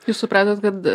jūs supratot kad